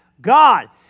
God